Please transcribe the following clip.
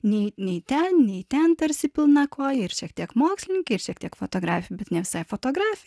nei nei ten nei ten tarsi pilna koja ir šiek tiek mokslininkė ir šiek tiek fotografė bet ne visai fotografė